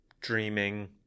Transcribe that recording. dreaming